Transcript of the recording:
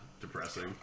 depressing